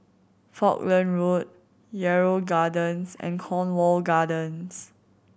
Falkland Road Yarrow Gardens and Cornwall Gardens